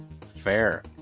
Fair